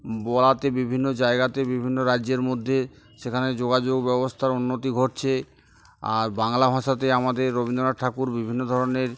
বলাতে বিভিন্ন জায়গাতে বিভিন্ন রাজ্যের মধ্যে সেখানে যোগাযোগ ব্যবস্থার উন্নতি ঘটছে আর বাংলা ভাষাতে আমাদের রবীন্দ্রনাথ ঠাকুর বিভিন্ন ধরনের